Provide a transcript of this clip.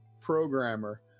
programmer